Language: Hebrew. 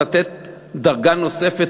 לתת דרגה נוספת,